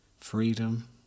freedom